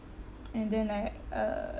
and then I uh